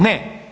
Ne.